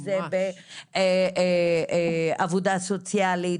אם זה בעבודה סוציאלית.